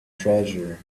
treasure